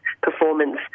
performance